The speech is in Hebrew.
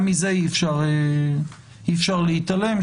גם מזה אי אפשר להתעלם,